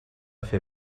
fer